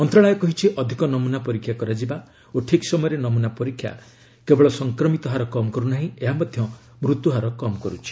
ମନ୍ତ୍ରଣାଳୟ କହିଛି ଅଧିକ ନମୁନା ପରୀକ୍ଷା କରାଯିବା ଓ ଠିକ୍ ସମୟରେ ନମୁନା ପରୀକ୍ଷା କେବଳ ସଂକ୍ରମିତ ହାର କମ୍ କରୁ ନାହିଁ ଏହା ମଧ୍ୟ ମୃତ୍ୟୁ ହାର କମ୍ କର୍ଥଛି